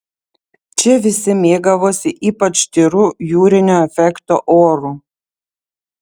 čia visi mėgavosi ypač tyru jūrinio efekto oru